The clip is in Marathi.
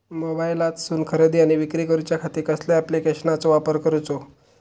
मोबाईलातसून खरेदी आणि विक्री करूच्या खाती कसल्या ॲप्लिकेशनाचो वापर करूचो?